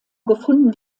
gefunden